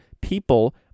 People